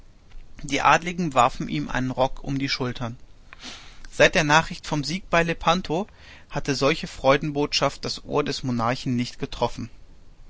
die adligen herren warfen ihm einen rock um die schultern seit der nachricht vom sieg bei lepanto hatte solche freudenbotschaft das ohr des monarchen nicht getroffen